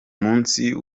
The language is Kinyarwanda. munsi